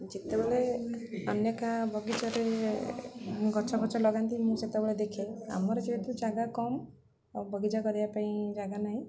ଯେତେବେଳେ ଅନେକ ବଗିଚାରେ ଗଛଫଛ ଲଗାନ୍ତି ମୁଁ ସେତେବେଳେ ଦେଖେ ଆମର ଯେହେତୁ ଜାଗା କମ୍ ଆଉ ବଗିଚା କରିବା ପାଇଁ ଜାଗା ନାହିଁ